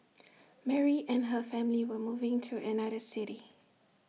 Mary and her family were moving to another city